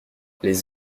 les